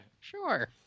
sure